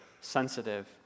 sensitive